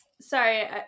Sorry